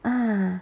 ah